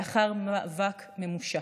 לאחר מאבק ממושך.